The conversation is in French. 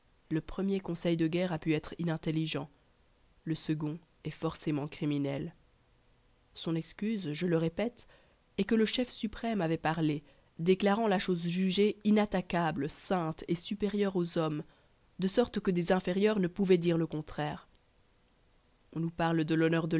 le premier conseil de guerre a pu être inintelligent le second est forcément criminel son excuse je le répète est que le chef suprême avait parlé déclarant la chose jugée inattaquable sainte et supérieure aux hommes de sorte que des inférieurs ne pouvaient dire le contraire on nous parle de l'honneur